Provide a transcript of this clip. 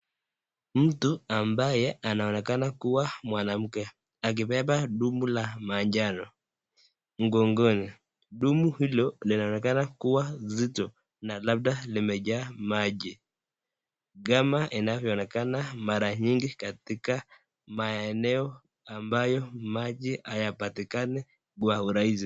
Mtu ambaye anaonekana kuwa mwanamke akibeba dumbu la manjano mgongoni. Dumu hilo linaonekana kuwa zito na labda limejaa maji kama inavyoonekana mara nyingi katika maeneo ambayo maji hayapatikani kwa urahisi.